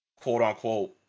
quote-unquote